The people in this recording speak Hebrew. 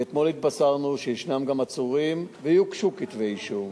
ואתמול התבשרנו שיש גם עצורים, ויוגשו כתבי אישום.